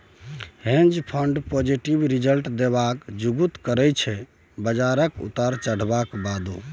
हेंज fund positive result देबाक जुगुत करय छै बजारक उतार चढ़ाबक बादो